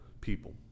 people